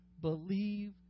believe